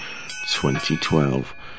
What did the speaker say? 2012